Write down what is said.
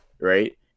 Right